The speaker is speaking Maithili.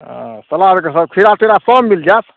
अऽ सलादके सभ खीरा तीड़ा सभ मिल जायत